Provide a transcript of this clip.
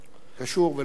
קשור ולא קשור לנושא.